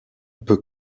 peut